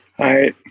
hi